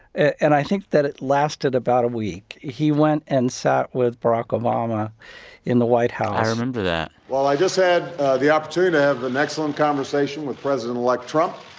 and i think that it lasted about a week. he went and sat with barack obama in the white house i remember that while i just had the opportunity to have an excellent conversation with president-elect trump.